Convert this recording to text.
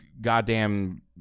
goddamn